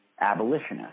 abolitionist